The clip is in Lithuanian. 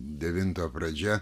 devinto pradžia